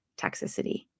toxicity